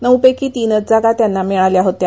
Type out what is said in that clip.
नऊ पैकी तीनच जागा त्यांना मिळाल्या होत्या